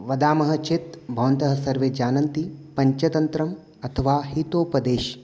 वदामः चेत् भवन्तः सर्वे जानन्ति पञ्चतन्त्रम् अथवा हितोपदेशः